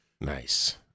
Nice